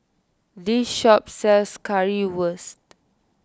this shop sells Currywurst